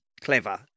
clever